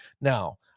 Now